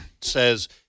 says